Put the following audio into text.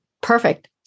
Perfect